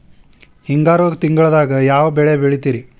ಹಿಂಗಾರು ತಿಂಗಳದಾಗ ಯಾವ ಬೆಳೆ ಬೆಳಿತಿರಿ?